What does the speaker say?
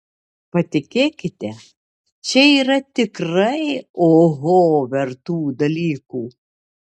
patikėkite čia yra tikrai oho vertų dalykų